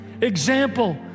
example